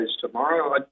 tomorrow